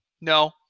No